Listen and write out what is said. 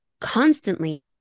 constantly